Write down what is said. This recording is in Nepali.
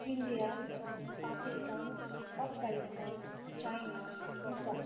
India Pakistan Afghanistan China Bhutan